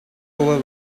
over